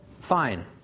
fine